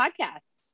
podcast